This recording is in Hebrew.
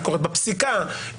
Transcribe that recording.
ביקורת בפסיקה,